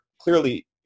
clearly